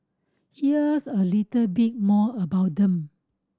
here's a little bit more about them